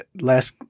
last